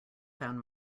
found